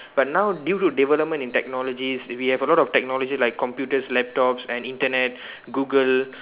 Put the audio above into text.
but now due to development in technologies we have a lot of technology like computers laptops and Internet Google